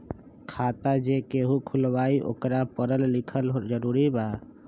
खाता जे केहु खुलवाई ओकरा परल लिखल जरूरी वा?